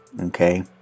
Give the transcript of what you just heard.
okay